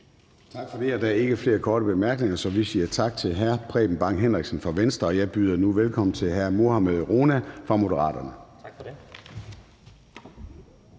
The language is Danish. Tak for det. Der er ikke flere korte bemærkninger, så vi siger tak til hr. Preben Bang Henriksen fra Venstre. Jeg byder nu velkommen til hr. Mohammad Rona fra Moderaterne. Kl.